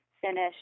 finish